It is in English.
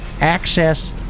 access